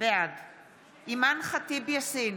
בעד אימאן ח'טיב יאסין,